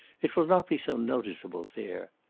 it will not be so noticeable there.